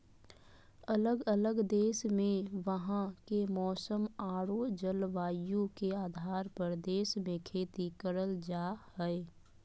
अलग अलग देश मे वहां के मौसम आरो जलवायु के आधार पर देश मे खेती करल जा हय